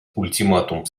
ультиматум